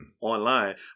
online